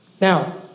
Now